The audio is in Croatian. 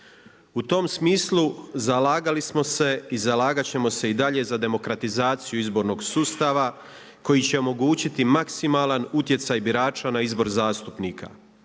U tom smislu zalagali smo se i zalagat ćemo se i dalje za demokratizaciju izbornog sustava koji će omogućiti maksimalan utjecaj birača na izbor zastupnika,